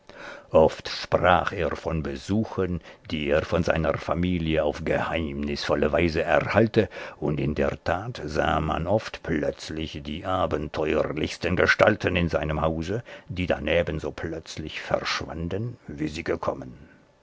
oft sprach er von besuchen die er von seiner familie auf geheimnisvolle weise erhalte und in der tat sah man oft plötzlich die abenteuerlichsten gestalten in seinem hause die dann ebenso plötzlich verschwanden wie sie gekommen